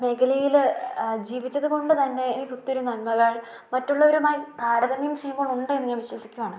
മേഖലയിൽ ജീവിച്ചതു കൊണ്ടു തന്നെ എനിക്കൊത്തിരി നന്മകൾ മറ്റുള്ളവരുമായി താരതമ്യം ചെയ്യുമ്പോഴുണ്ട് എന്നു ഞാൻ വിശ്വസിക്കുകയാണ്